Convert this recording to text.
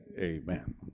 Amen